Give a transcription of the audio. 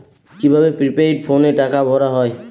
কি ভাবে প্রিপেইড ফোনে টাকা ভরা হয়?